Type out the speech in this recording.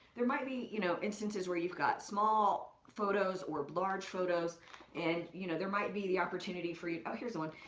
there might be, you know, instances where you've got small photos or large photos and, you know, there might be the opportunity for you, oh here's the one.